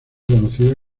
conocida